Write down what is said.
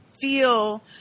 feel